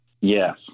Yes